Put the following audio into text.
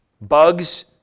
Bugs